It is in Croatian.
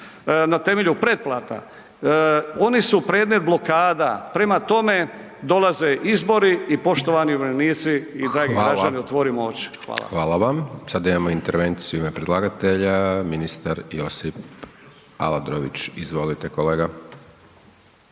na temelju pretplata. Oni su predmet blokada, prema tome, dolaze izbori i poštovani umirovljenici i dragi građani, otvorimo oči. Hvala. **Hajdaš Dončić, Siniša (SDP)** Hvala. Hvala vam. Sada imamo intervenciju u ime predlagatelja. Ministar Josip Aladrović. Izvolite kolega.